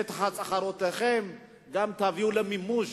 שאת הצהרותיכם גם תביאו למימוש.